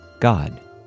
God